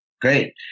Great